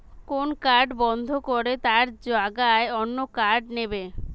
কোন কার্ড বন্ধ করে তার জাগায় অন্য কার্ড নেব